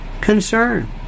concern